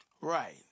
right